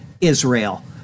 Israel